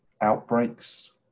outbreaks